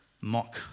mock